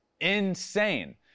insane